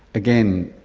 again,